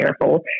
careful